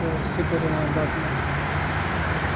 singer یِوان لَبنہٕ یَتھ منٛز